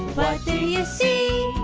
do you see?